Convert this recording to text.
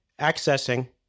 accessing